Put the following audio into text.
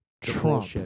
Trump